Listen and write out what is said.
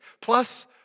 plus